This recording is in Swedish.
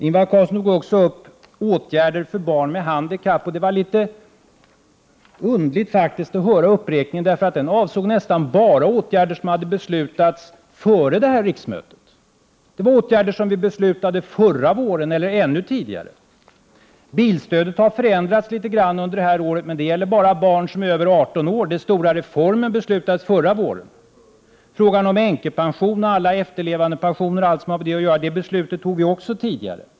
Ingvar Carlsson tog också upp åtgärder för barn med handikapp. Det var litet underligt att höra den uppräkningen, för den avsåg nästan bara åtgärder som hade beslutats före det här riksmötet. Det var åtgärder som vi beslutade om förra våren eller ännu tidigare. Bilstödet har förändrats litet under det här året, men det gäller ju bara barn som är över 18 år. Den stora reformen beslutades förra våren. Beslut om änkepension, efterlevandepension och alla frågor som har med detta att göra tog vi också upp tidigare.